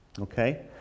okay